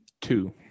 Two